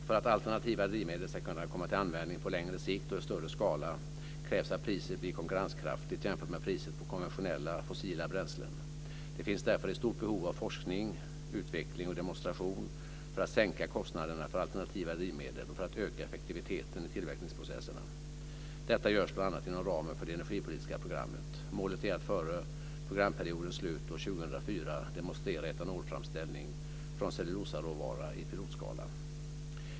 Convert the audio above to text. För att alternativa drivmedel ska kunna komma till användning på längre sikt och i större skala krävs att priset blir konkurrenskraftigt jämfört med priset på konventionella fossila bränslen. Det finns därför ett stort behov av forskning, utveckling och demonstration för att sänka kostnaderna för alternativa drivmedel och för att öka effektiviteten i tillverkningsprocesserna. Detta görs bl.a. inom ramen för det energipolitiska programmet. Målet är att före programperiodens slut år 2004 demonstrera etanolframställning från cellulosaråvara i pilotskala.